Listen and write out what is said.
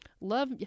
love